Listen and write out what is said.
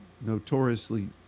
notoriously